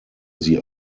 sie